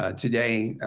ah today,